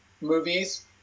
movies